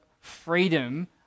freedom